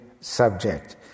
subject